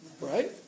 Right